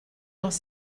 dans